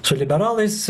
su liberalais